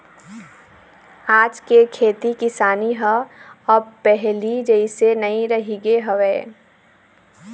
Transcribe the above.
आज के खेती किसानी ह अब पहिली जइसे नइ रहिगे हवय